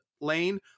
lane